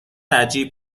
عجیب